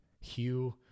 Hugh